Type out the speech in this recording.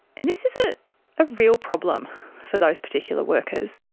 and this is a ah real problem for those particular workers.